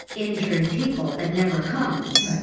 injured people that never comes,